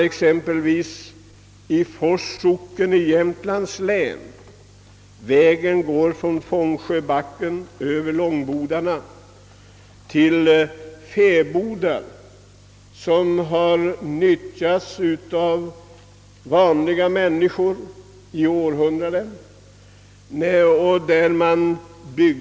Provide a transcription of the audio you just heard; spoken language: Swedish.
Det är fråga om en förbindelse från Fångsjöbacken över Långbodarna till en del fäbodar, och den har utnyttjats av vanliga människor i århundraden.